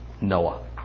Noah